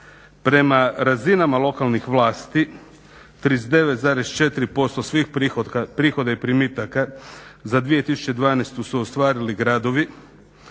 Prema razinama lokalnih vlasti 39,4% svih prihoda i primitaka za 2012.su ostvarili gradovi,